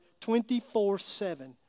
24-7